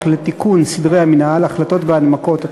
לתיקון סדרי המינהל (החלטות והנמקות),